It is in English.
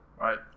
right